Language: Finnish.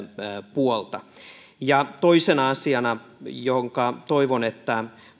puolta toisena asiana jonka toivon että